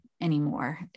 anymore